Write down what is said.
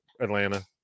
Atlanta